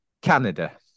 Canada